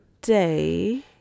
day